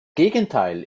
gegenteil